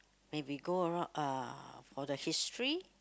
maybe go around uh for the history